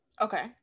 Okay